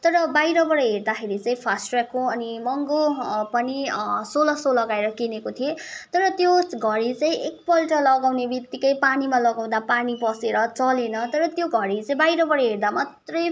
तर बाहिरबाट हेर्दाखेरि चाहिँ फास्टट्र्याकको अनि महँगो पनि सोह्र सौ लगाएर किनेको थिएँ तर त्यो घडी चाहिँ एकपल्ट लगाउनेबितिक्कै पानीमा लगाउँदा पानी पसेर चलेन तर त्यो घडी चाहिँ बाहिरबाट हेर्दा मात्रै